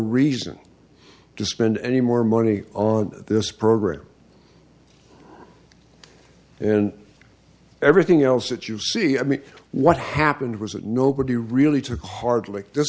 reason to spend any more money on this program and everything else that you see i mean what happened was that nobody really took hardly